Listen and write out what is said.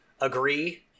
agree